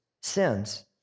sins